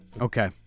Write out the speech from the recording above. Okay